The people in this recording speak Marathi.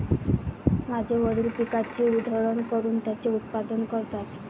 माझे वडील पिकाची उधळण करून त्याचे उत्पादन करतात